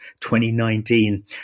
2019